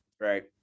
right